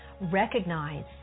recognize